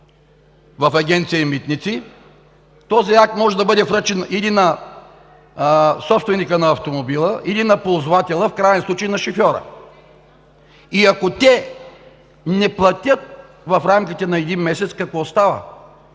в Агенция „Митници“ – този акт може да бъде връчен или на собственика на автомобила, или на ползвателя, в краен случай на шофьора. Ако те не платят в рамките на един месец, какво става?